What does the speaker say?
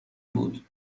بود